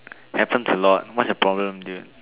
happen to Lord what's the problem do you